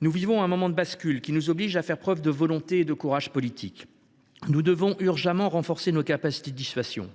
Nous vivons un moment de bascule, qui nous oblige à faire preuve de volonté et de courage politique. Nous devons en urgence renforcer nos capacités de dissuasion.